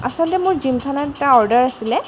আচলতে মোৰ জিমখানাত এটা অৰ্ডাৰ আছিলে